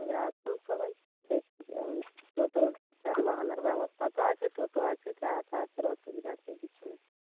তাহলে আসুন সবাই দেখছি আমি টোটোর যানবাহনের ব্যবস্থা তো আছে টোটো আছে যাতায়াতের অসুবিধা তো কিছু নেই